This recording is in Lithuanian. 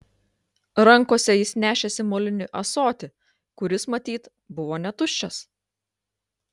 rankose jis nešėsi molinį ąsotį kuris matyt buvo netuščias